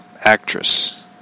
Actress